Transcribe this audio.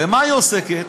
במה היא עוסקת?